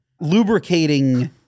lubricating